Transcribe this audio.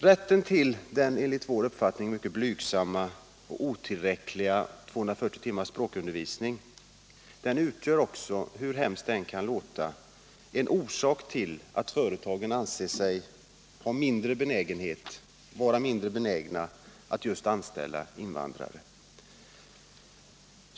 Rätten till den enligt vår uppfattning mycket blygsamma och otillräckliga språkundervisningen på 240 timmar utgör också — hur hemskt det än kan låta — en orsak till att företagen är mindre benägna att anställa invandrare.